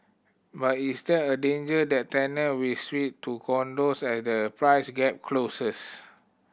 but is there a danger that tenant will switch to condos as the price gap closes